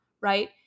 right